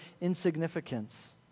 insignificance